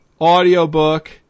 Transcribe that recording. audiobook